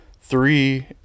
three